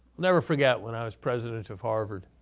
never forget, when i was president of harvard,